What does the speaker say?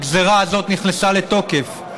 הגזרה הזאת נכנסה לתוקף.